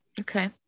Okay